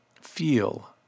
feel